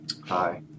Hi